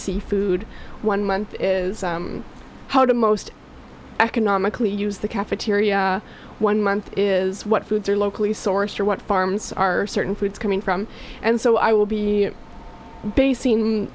seafood one month is how to most economically use the cafeteria one month is what foods are locally sourced or what farms are certain foods coming from and so i will be basing